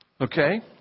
Okay